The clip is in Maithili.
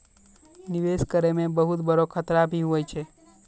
निवेश करै मे बहुत बड़ो खतरा भी हुवै छै